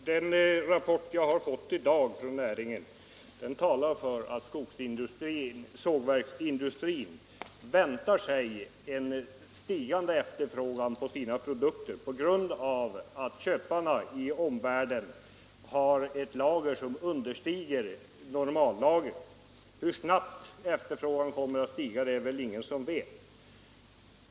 Herr talman! Den rapport jag har fått i dag från näringen talar för att sågverksindustrin väntar sig en stigande efterfrågan på sina produkter, på grund av att köparna i omvärlden har ett lager som understiger normallagret. Hur snabbt efterfrågan kommer att stiga är det väl ingen som vet.